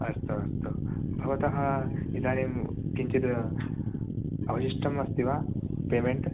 अस्तु अस्तु भवतः इदानीं किञ्चिद् अवशिष्टमस्ति वा पेमेण्ट्